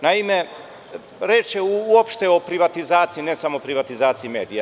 Naime, reč je uopšte o privatizaciji, ne samo o privatizaciji medija.